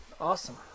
Awesome